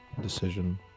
decision